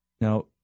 Now